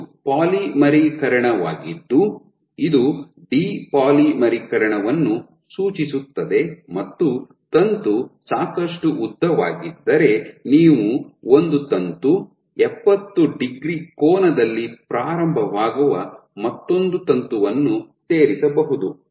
ಇದು ಪಾಲಿಮರೀಕರಣವಾಗಿದ್ದು ಇದು ಡಿಪಾಲಿಮರೀಕರಣವನ್ನು ಸೂಚಿಸುತ್ತದೆ ಮತ್ತು ತಂತು ಸಾಕಷ್ಟು ಉದ್ದವಾಗಿದ್ದರೆ ನೀವು ಒಂದು ತಂತು ಎಪ್ಪತ್ತು ಡಿಗ್ರಿ ಕೋನದಲ್ಲಿ ಪ್ರಾರಂಭವಾಗುವ ಮತ್ತೊಂದು ತಂತುವನ್ನು ಸೇರಿಸಬಹುದು